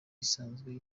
isanzwe